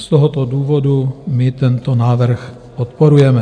Z tohoto důvodu my tento návrh podporujeme.